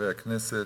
חברי הכנסת,